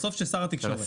בסוף של שר התקשורת.